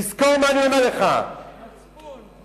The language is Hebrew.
תזכור מה אני אומר לך, מצפון.